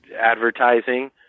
advertising